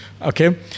Okay